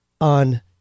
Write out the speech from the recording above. on